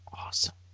awesome